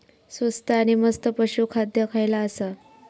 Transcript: स्वस्त आणि मस्त पशू खाद्य खयला आसा?